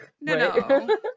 no